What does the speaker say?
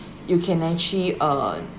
you can actually uh